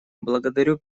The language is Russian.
благодарю